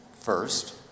First